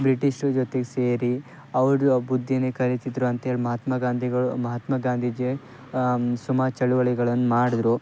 ಬ್ರಿಟೀಷ್ರ ಜೊತೆಗ್ ಸೇರಿ ಅವ್ರದ್ದು ಬುದ್ದಿಯೇ ಕಲೀತಿದ್ದರು ಅಂತೇಳಿ ಮಹಾತ್ಮ ಗಾಂಧಿಗಳು ಮಹಾತ್ಮ ಗಾಂಧೀಜಿ ಸುಮಾರು ಚಳುವಳಿಗಳನ್ನು ಮಾಡಿದ್ರು